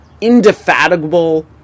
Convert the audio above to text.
indefatigable